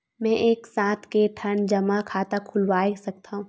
मैं एक साथ के ठन जमा खाता खुलवाय सकथव?